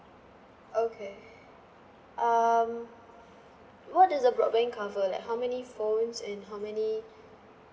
okay um what does the broadband cover like how many phones and how many